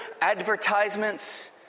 advertisements